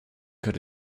could